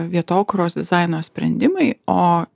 vietokūros dizaino sprendimai o